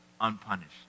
unpunished